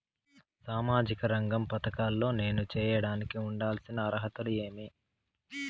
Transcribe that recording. సామాజిక రంగ పథకాల్లో నేను చేరడానికి ఉండాల్సిన అర్హతలు ఏమి?